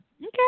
Okay